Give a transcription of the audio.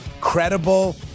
credible